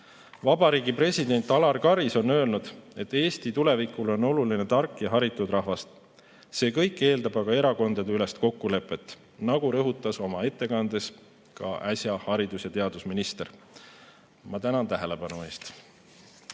President Alar Karis on öelnud, et Eesti tulevikule on oluline tark ja haritud rahvas. See kõik eeldab aga erakondadeülest kokkulepet, nagu rõhutas oma ettekandes ka äsja haridus‑ ja teadusminister. Ma tänan tähelepanu eest!